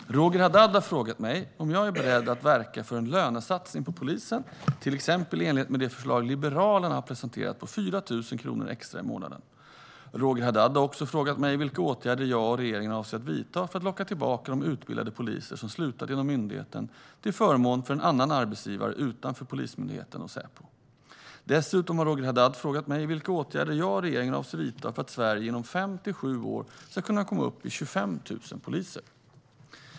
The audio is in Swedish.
Herr talman! Roger Haddad har frågat mig om jag är beredd att verka för en lönesatsning på polisen, till exempel i enlighet med det förslag Liberalerna har presenterat på 4 000 kronor extra i månaden. Roger Haddad har också frågat mig vilka åtgärder jag och regeringen avser att vidta för att locka tillbaka de utbildade poliser som slutat inom myndigheten till förmån för en annan arbetsgivare utanför Polismyndigheten och Säpo. Dessutom har Roger Haddad frågat mig vilka åtgärder jag och regeringen avser att vidta för att Sverige inom fem till sju år ska kunna komma upp i 25 000 poliser.